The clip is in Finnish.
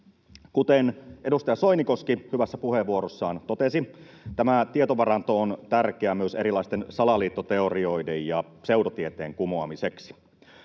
Kuten edustaja Soinikoski hyvässä puheenvuorossaan totesi, tämä tietovaranto on tärkeä myös erilaisten salaliittoteorioiden ja pseudotieteen kumoamiseksi.